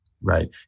Right